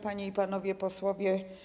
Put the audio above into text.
Panie i Panowie Posłowie!